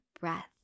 breath